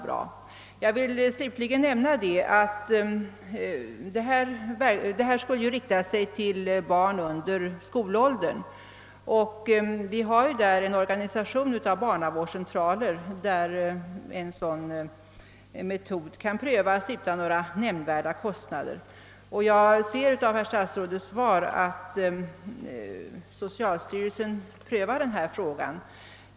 Slutligen vill jag nämna att detta skulle gälla barn under skolåldern, och vi har en organisation av barnavårdscentraler där en sådan metod kan prövas utan nämnvärda kostnader. Jag hörde av statsrådets svar att socialstyrelsen prövar denna fråga.